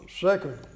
second